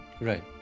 Right